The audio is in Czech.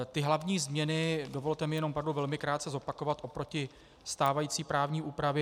Ty hlavní změny dovolte mi jenom opravdu velmi krátce zopakovat oproti stávající právní úpravě.